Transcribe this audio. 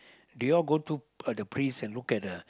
do you all go to uh the priest and look at the